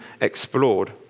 explored